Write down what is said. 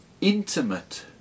intimate